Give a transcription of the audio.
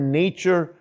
nature